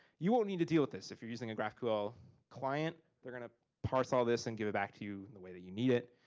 you will need to deal with this. if you're using a graphql client, they're gonna parse all this, and give it back to you and the way that you need it.